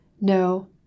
no